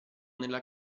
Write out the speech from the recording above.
nella